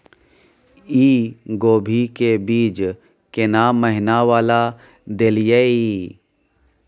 इ कोबी के बीज केना महीना वाला देलियैई?